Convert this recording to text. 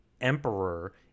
emperor